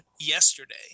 yesterday